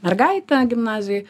mergaitę gimnazijoj